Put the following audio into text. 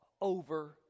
over